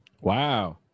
Wow